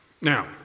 Now